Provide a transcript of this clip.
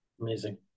Amazing